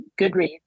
Goodreads